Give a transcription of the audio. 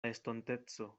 estonteco